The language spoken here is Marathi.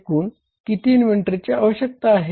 एकूण किती इन्व्हेंटरीची आवश्यकता आहे